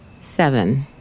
Seven